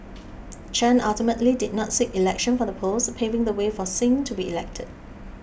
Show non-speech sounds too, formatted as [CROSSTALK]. [NOISE] Chen ultimately did not seek election for the post paving the way for Singh to be elected